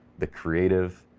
the creative,